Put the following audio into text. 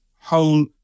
whole